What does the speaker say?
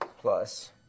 plus